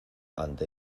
ante